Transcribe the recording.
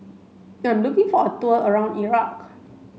I'm looking for a tour around Iraq